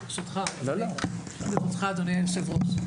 ברשותך אדוני יושב הראש.